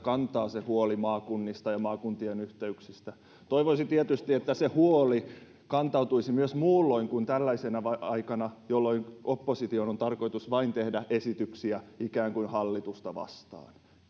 kantautuu huoli maakunnista ja maakuntien yhteyksistä toivoisin tietysti että se huoli kantautuisi myös muulloin kuin tällaisena aikana jolloin opposition on tarkoitus vain tehdä esityksiä ikään kuin hallitusta vastaan